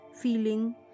feeling